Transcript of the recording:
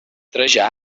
trajà